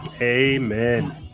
Amen